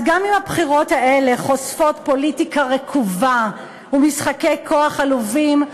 אז גם אם הבחירות האלה חושפות פוליטיקה רקובה ומשחקי כוח עלובים,